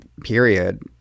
Period